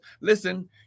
listen